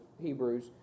Hebrews